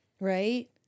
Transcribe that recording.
Right